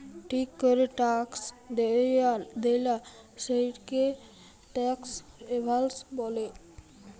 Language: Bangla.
ঠিক ক্যরে ট্যাক্স দেয়লা, সেটকে ট্যাক্স এভাসল ব্যলে